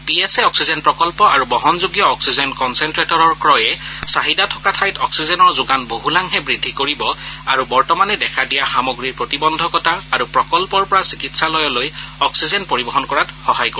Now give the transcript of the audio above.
P S A oxygen প্ৰকল্প আৰু বহনযোগ্য অক্সিজেন কনছেনট্টেটৰৰ ক্ৰয়ে চাহিদা থকা ঠাইত অক্সিজেনৰ যোগান বহুলাংশে বৃদ্ধি কৰিব আৰু বৰ্তমানে দেখা দিয়া সামগ্ৰীৰ প্ৰতিবন্ধকতা আৰু প্ৰকল্পৰ পৰা চিকিৎসালয়লৈ অক্সিজেন পৰিবহণ কৰাত সহায় কৰিব